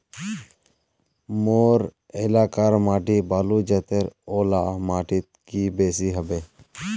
मोर एलाकार माटी बालू जतेर ओ ला माटित की बेसी हबे?